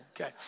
okay